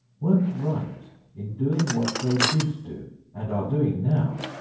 weren't right in doing what they did do and are doing now,